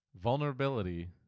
vulnerability